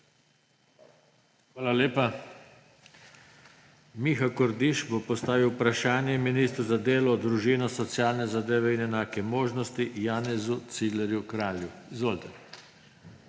Hvala lepa. Miha Kordiš bo postavil vprašanje ministru za delo, družino, socialne zadeve in enake možnosti Janezu Ciglerju Kralju. Izvolite.